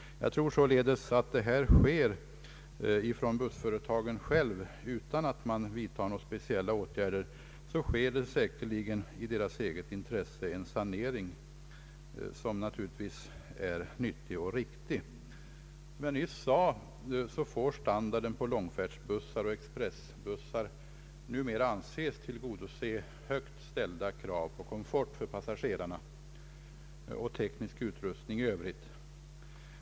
Jag tror således att bussföretagen själva beaktar denna fråga och i eget intresse företar en nyttig och riktig sanering utan några speciella åtgärder från samhällets sida. Som jag nyss sade, får standarden på långfärdsbussar och expressbussar numera anses tillgodose högt ställda krav på komfort för passagerarna och teknisk utrustning i övrigt.